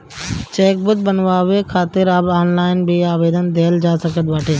chequebook बनवावे खातिर अब ऑनलाइन भी आवेदन देहल जा सकत बाटे